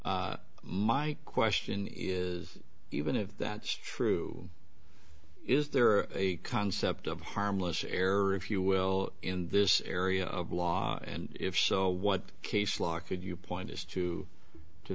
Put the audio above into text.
that my question is even if that's true is there a concept of harmless error if you will in this area of law and if so what case law could you point us to to